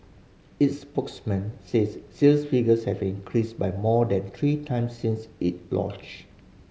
its spokesman says sales figures have increased by more than three times since it launched